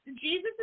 Jesus